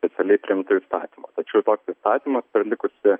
specialiai priimtu įstatymu tačiau toks įstatymas per likusį